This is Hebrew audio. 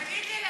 תגיד לי,